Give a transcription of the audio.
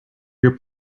your